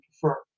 prefer